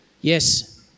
Yes